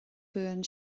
buan